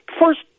first